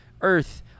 earth